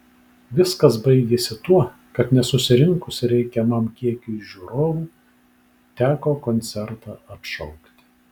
viskas baigėsi tuo kad nesusirinkus reikiamam kiekiui žiūrovų teko koncertą atšaukti